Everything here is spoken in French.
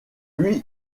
lui